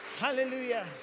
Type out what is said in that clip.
Hallelujah